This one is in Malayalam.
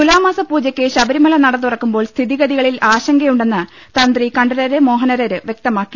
തുലാമാസ പൂജയ്ക്ക് ശബരിമല നട തുറക്കുമ്പോൾ സ്ഥിതിഗതികളിൽ ആശങ്കയുണ്ടെന്ന് തന്ത്രി കണ്ഠരര് മോഹനരര് വ്യക്തമാക്കി